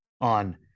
on